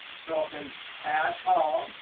so up in add column,